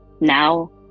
now